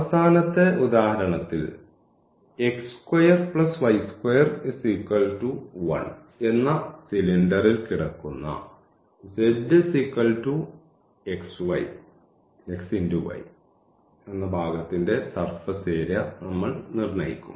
അവസാനത്തെ ഉദാഹരണത്തിൽ എന്ന സിലിണ്ടറിൽ കിടക്കുന്ന z xy ഭാഗത്തിന്റെ സർഫസ് ഏരിയ നമ്മൾ നിർണ്ണയിക്കും